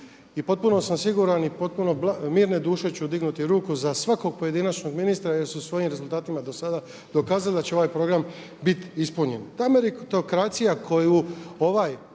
i potpuno sam siguran i potpuno ću mirne duše dignuti ruku za svakog pojedinačnog ministra jer su svojim rezultatima do sada dokazali da će ovaj program biti ispunjen.